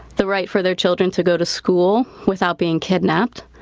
the right for their children to go to school without being kidnapped,